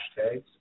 hashtags